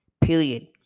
period